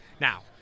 Now